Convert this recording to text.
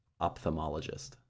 ophthalmologist